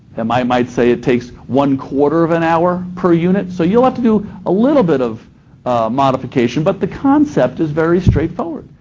um i might say it takes one-quarter of an hour per unit. so you'll have to do a little bit of modification, but the concept is very straightforward.